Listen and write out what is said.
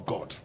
God